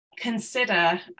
consider